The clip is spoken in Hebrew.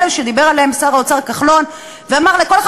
אלו שדיבר עליהם שר האוצר כחלון ואמר: לכל אחד